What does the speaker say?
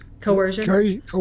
Coercion